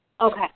Okay